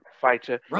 fighter